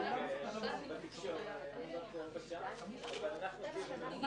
היה חשוב לו גניבה.